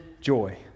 joy